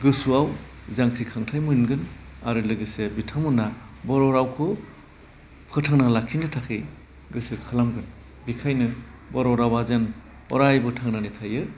गोसोयाव जांख्रिखांथाइ मोनगोन आरो लोगोसे बिथांमोनहा बर' रावखौ फोथांना लाखिनो थाखाय गोसो खालामगोन बिखायनो बर' रावा जों अरायबो थांना थायो